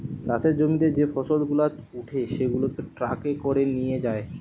চাষের জমিতে যে ফসল গুলা উঠে সেগুলাকে ট্রাকে করে নিয়ে যায়